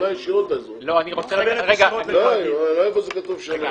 לאזורי אין בעיה.